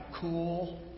cool